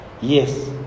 Yes